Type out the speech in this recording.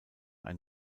ein